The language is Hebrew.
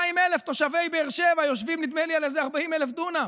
200,000 תושבי באר שבע יושבים נדמה לי על איזה 40,000 דונם.